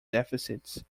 deficits